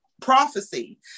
prophecy